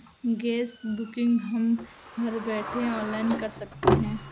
gas booking हम घर बैठे ऑनलाइन कर सकते है